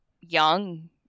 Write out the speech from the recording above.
young